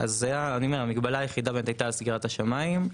אני אומר, המגבלה היחידה הייתה סגירת השמיים.